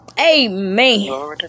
Amen